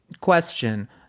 Question